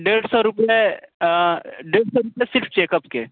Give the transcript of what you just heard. डेढ़ सौ रुपए डेढ़ सौ रुपये सिर्फ चेकअप के